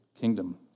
kingdom